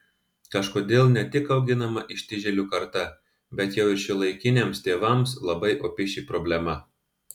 kažkodėl ne tik auginama ištižėlių karta bet jau ir šiuolaikiniams tėvams labai opi ši problema